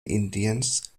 indiens